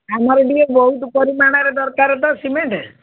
ଆମର ଟିକେ ବହୁତ ପରିମାଣରେ ଦରକାର ତ ସିମେଣ୍ଟ